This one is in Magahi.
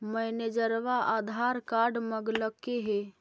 मैनेजरवा आधार कार्ड मगलके हे?